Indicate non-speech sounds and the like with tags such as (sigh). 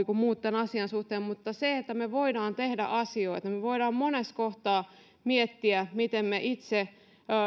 (unintelligible) kuin muut tämän asian suhteen mutta me voimme tehdä asioita me voimme monessa kohtaa miettiä miten me itse